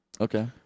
Okay